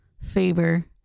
favor